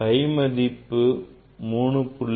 pi மதிப்பு 3